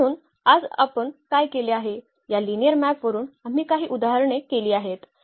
म्हणून आज आपण काय केले आहे या लिनिअर मॅपवरुन आम्ही काही उदाहरणे केली आहेत